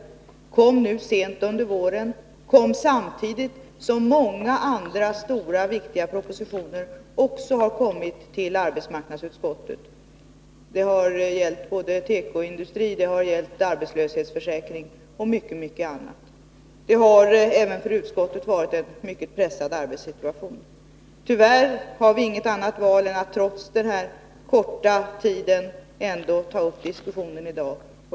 Den kom nu sent under våren, samtidigt som många andra stora, viktiga propositioner också har kommit till arbetsmarknadsutskottet — det har gällt tekoindustri, arbetslöshetsförsäkring och mycket annat. Det har även för utskottet varit en mycket pressad arbetssituation. Tyvärr har vi inget annat val än att trots denna korta tid ändå ta upp diskussionen i dag.